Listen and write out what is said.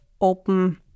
open